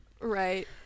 Right